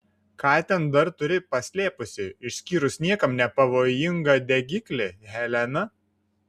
ką ten dar turi paslėpusi išskyrus niekam nepavojingą degiklį helena